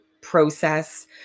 process